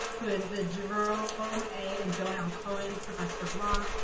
who is the jerome um a. and joan l. cohen professor of law,